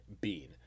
Bean